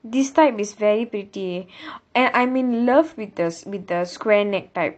this type is very pretty and I'm in love with the with the square neck type